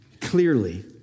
clearly